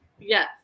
Yes